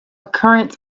current